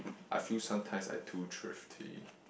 I feel sometimes I too thrifty